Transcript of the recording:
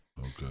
Okay